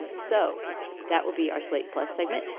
and so that will be our slate plus segment.